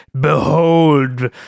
behold